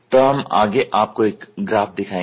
तो हम आगे आपको एक ग्राफ दिखाएंगे